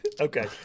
Okay